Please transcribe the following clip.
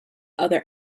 other